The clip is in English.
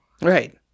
Right